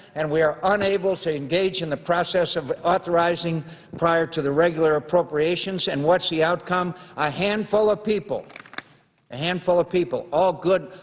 and we are unable to engage in the process of authorizing prior to the regular appropriations, and what's the outcome? a handful of people a handful of people, all good,